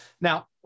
Now